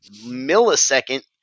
millisecond